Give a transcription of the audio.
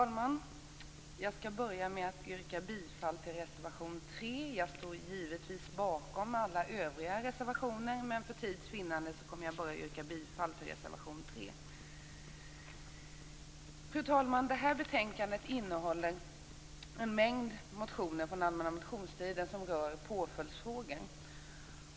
Fru talman! Jag börjar med att yrka bifall till reservation 3. Givetvis står jag bakom alla våra reservationer men för tids vinnande kommer jag, som sagt, att yrka bifall endast till reservation 3. I det här betänkandet behandlas en mängd motioner från allmänna motionstiden som rör påföljdsfrågor.